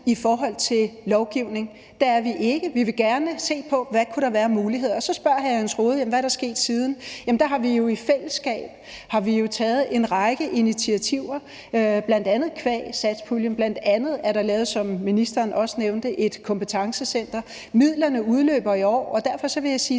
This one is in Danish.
i forhold til lovgivning – det er vi ikke. Vi vil gerne se på, hvad der kunne være af muligheder. Så spørger hr. Jens Rohde om, hvad der er sket siden. Jamen der har vi jo i fællesskab taget en række initiativer, bl.a. qua satspuljen; bl.a. er der lavet, som ministeren også nævnte, et kompetencecenter. Midlerne udløber i år, og derfor vil jeg sige,